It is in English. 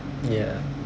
ya